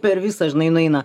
per visą žinai nueina